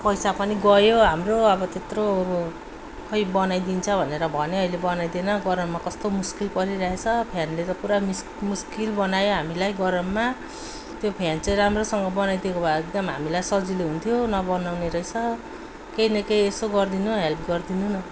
पैसा पनि गयो हाम्रो अब त्यत्रो अब खोई बनाइदिन्छ भनेर भन्यो अहिले बनाइदिएन गरममा कस्तो मुस्किल परिरहेछ फ्यानले त पूरा मिस मुस्किल बनायो हामीलाई गरममा त्यो फ्यान चाहिँ राम्रोसँग बनाइदिएको भए एकदम हामीलाई सजिलो हुन्थ्यो नबनाउने रहेछ केही न केही यसो गरिदिनु हेल्प गरिदिनु न